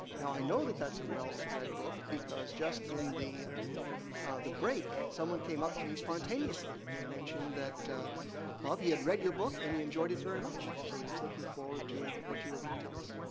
now, i know that that's a well read book because just in the the break, someone came up to me spontaneously and mentioned that bob, he had read your book and he enjoyed it very much, so he was looking forward to what you were going to tell us.